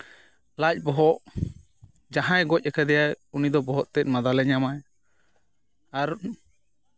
ᱞᱟᱡ ᱵᱚᱦᱚᱜ ᱡᱟᱦᱟᱸᱭᱮ ᱜᱚᱡ ᱠᱟᱫᱮᱭᱟᱭ ᱩᱱᱤ ᱫᱚ ᱵᱚᱦᱚᱜ ᱛᱮᱫ ᱢᱟᱫᱟᱞᱮ ᱧᱟᱢᱟ ᱟᱨ